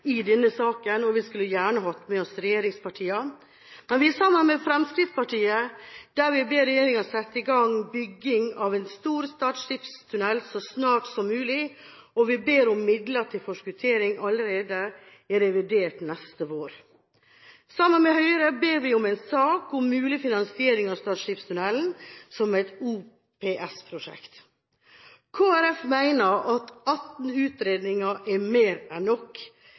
i denne saken, og vi skulle gjerne hatt med oss regjeringspartiene. Men sammen med Fremskrittspartiet ber vi regjeringen sette i gang bygging av en stor Stad skipstunnel så snart som mulig, og vi ber om midler til forskuttering allerede i revidert neste vår. Sammen med Høyre ber vi om en sak om mulig finansiering av Stad skipstunnel som et OPS-prosjekt. Kristelig Folkeparti mener at 18 utredninger er mer enn nok.